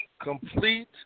Complete